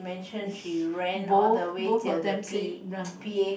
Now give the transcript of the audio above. both both of them say run